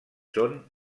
són